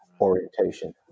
orientation